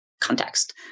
context